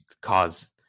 cause